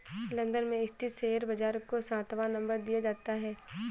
London में स्थित share बाजार को सातवां नम्बर दिया जाता है